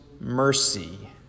mercy